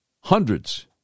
Hundreds